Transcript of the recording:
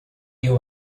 you